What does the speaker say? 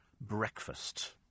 breakfast